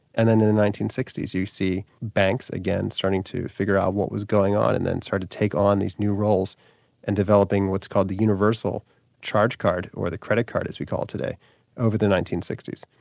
and then in the nineteen sixty s you see banks again starting to figure out what was going on and then start take on these new roles in and developing what's called the universal charge card, or the credit card as we call it today over the nineteen sixty s.